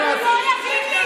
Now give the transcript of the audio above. הוא לא יגיד לי את זה.